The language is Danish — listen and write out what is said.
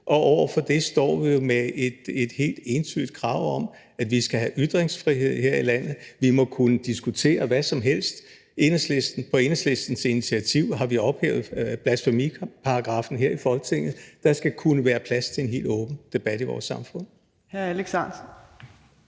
og over for det står vi med et helt entydigt krav om, at vi skal have ytringsfrihed her i landet. Vi må kunne diskutere hvad som helst. På Enhedslistens initiativ har vi her i Folketinget ophævet blasfemiparagraffen. Der skal kunne være plads til en helt åben debat i vores samfund.